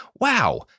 Wow